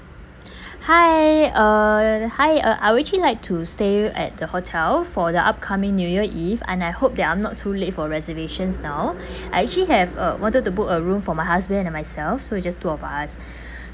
hi uh hi uh I would actually like to stay at the hotel for the upcoming new year eve and I hope that I'm not too late for reservations now I actually have uh wanted to book a room for my husband and myself so it just two of us